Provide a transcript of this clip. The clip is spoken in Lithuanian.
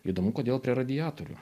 įdomu kodėl prie radiatorių